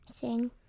Sing